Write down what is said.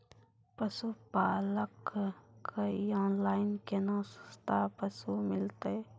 पशुपालक कऽ ऑनलाइन केना सस्ता पसु मिलतै?